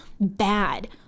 bad